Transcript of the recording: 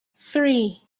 three